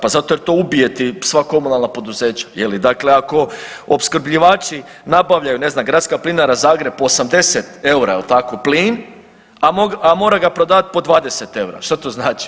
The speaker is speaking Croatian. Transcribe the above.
Pa zato jer to ubije ti sva komunalna poduzeća, je li, dakle, ako opskrbljivači nabavljaju, ne znam, Gradska plinara Zagreb po 80 eura, je li tako, plin, a mora ga prodavati po 20 eura, šta to znači?